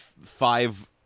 five